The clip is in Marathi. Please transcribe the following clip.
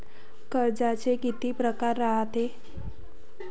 कर्जाचे कितीक परकार रायते?